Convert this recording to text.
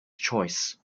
choice